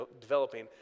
developing